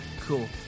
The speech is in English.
cool